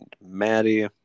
Maddie